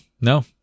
no